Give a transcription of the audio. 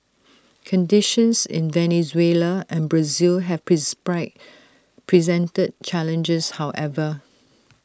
conditions in Venezuela and Brazil have presented challenges however